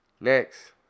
Next